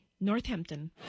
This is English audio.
Northampton